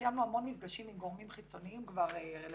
קיימנו המון מפגשים עם גורמים חיצוניים רלוונטיים,